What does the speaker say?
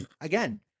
again